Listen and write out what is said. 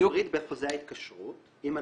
יפריד בחוזה ההתקשרות עם הלקוח,